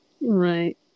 right